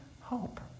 hope